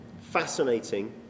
fascinating